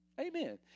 Amen